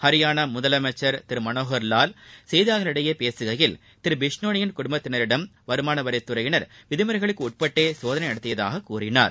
ஹரியானா முதலமைச்சர் திரு மனோகர் லால் செய்தியாளர்களிடம் பேசுகையில் திரு பிஷ்னோளிக்கு குடும்பத்தினரிடம் வருமான வரித்துறையினர் விதிமுறைகளுக்கு உட்பட்டே சோதனை நடத்தியதாக கூறினார்